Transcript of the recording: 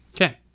Okay